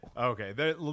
Okay